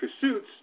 pursuits